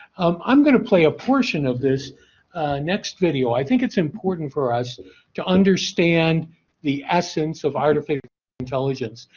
um i'm gonna play a portion of this next video. i think it's important for us to understand the essence of artificial intelligence.